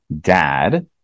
dad